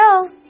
go